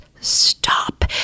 stop